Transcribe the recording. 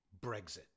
Brexit